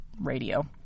radio